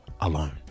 alone